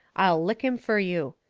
i'll lick him fur you.